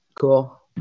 Cool